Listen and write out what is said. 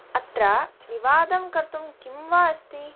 अत्र विवादं कर्तुं किं वा अस्ति